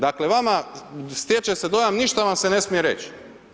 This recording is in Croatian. Dakle, vama stječe se dojam ništa vam se ne smije reći.